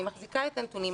אני מחזיקה את הנתונים,